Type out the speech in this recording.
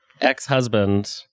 ex-husband